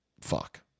Fuck